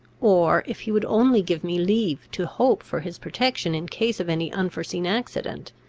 or if he would only give me leave to hope for his protection in case of any unforeseen accident,